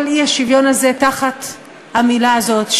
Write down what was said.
כל האי-שוויון הזה תחת המילה הזאת,